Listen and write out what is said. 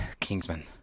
Kingsman